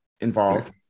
involved